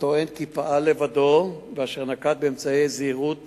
הטוען כי פעל לבדו, ונקט אמצעי זהירות